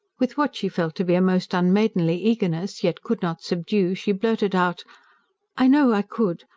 with what she felt to be a most unmaidenly eagerness, yet could not subdue, she blurted out i know i could.